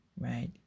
right